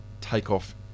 takeoff